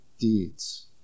deeds